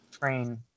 train